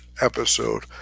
episode